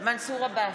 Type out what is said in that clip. מנסור עבאס,